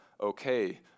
okay